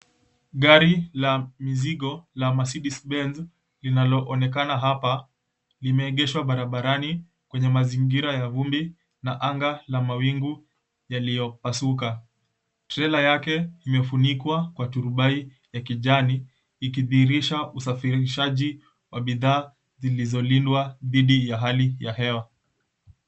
Gari la mizigo la 'Mercedez Benz' linaloonekana hapa, limeegeshwa barabarani kwenye mazingira ya vumbi na anga la mawingu yaliyopasuka. Trela yake imefunikwa kwa turubai ya kijani ikidhihirisha usafirishaji wa bidhaa zilizolindwa dhidi ya hali ya hewa.